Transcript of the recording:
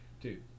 dude